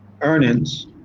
earnings